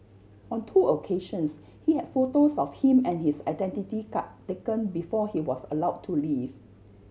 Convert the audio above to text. on two occasions he had photos of him and his identity card taken before he was allowed to leave